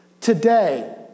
today